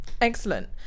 Excellent